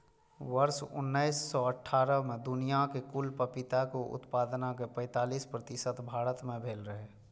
वर्ष उन्नैस सय अट्ठारह मे दुनियाक कुल पपीता उत्पादनक पैंतालीस प्रतिशत भारत मे भेल रहै